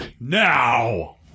now